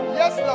yes